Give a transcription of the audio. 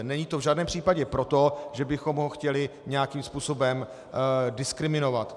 Není to v žádném případě proto, že bychom ho chtěli nějakým způsobem diskriminovat.